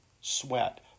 sweat